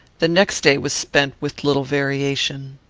the next day was spent with little variation.